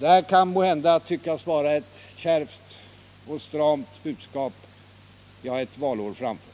Det kan måhända tyckas vara ett kärvt och stramt budskap jag ett valår framför.